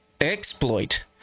exploit